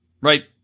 right